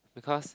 because